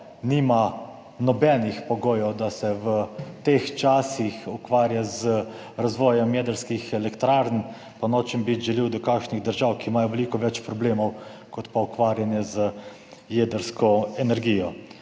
nima nobenih pogojev, da se v teh časih ukvarja z razvojem jedrskih elektrarn. Pa nočem biti žaljiv do kakšnih držav, ki imajo veliko več problemov, kot pa je ukvarjanje z jedrsko energijo.